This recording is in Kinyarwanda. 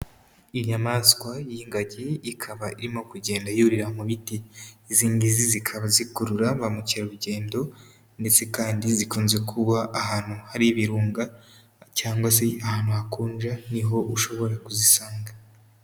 Inyamaswa y'ingagi, ikaba irimo kugenda yurira mu biti. Izi ngizi zikaba zikurura ba mukerarugendo, ndetse kandi zikunze kuba ahantu hari ibirunga, cyangwa se ahantu hakonja niho ushobora kuzisanga.